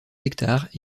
hectares